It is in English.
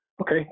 Okay